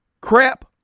crap